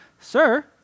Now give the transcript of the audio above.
Sir